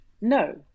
No